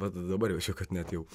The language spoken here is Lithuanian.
vat dabar jaučiu kad net jau